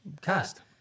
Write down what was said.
cast